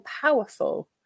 powerful